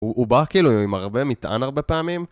הוא בא כאילו עם הרבה מטען הרבה פעמים